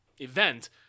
event